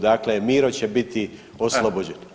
Dakle, Miro će biti oslobođen.